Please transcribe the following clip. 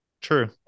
True